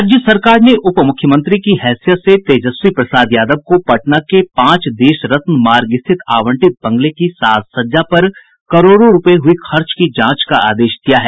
राज्य सरकार ने उपमुख्यमंत्री की हैसियत से तेजस्वी प्रसाद यादव को पटना के पांच देशरत्न मार्ग स्थित आवंटित बंगले की साज सज्जा पर करोड़ों रूपये हुई खर्च की जांच का आदेश दिया है